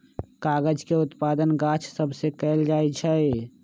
कागज के उत्पादन गाछ सभ से कएल जाइ छइ